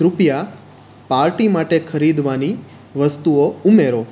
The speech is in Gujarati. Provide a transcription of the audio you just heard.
કૃપયા પાર્ટી માટે ખરીદવાની વસ્તુઓ ઉમેરો